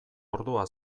ordua